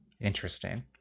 Interesting